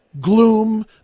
gloom